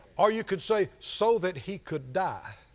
or you could say so that he could die.